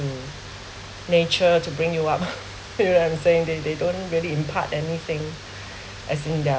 to nature to bring you up yeah the same thing they don't really impact anything as in their